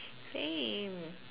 same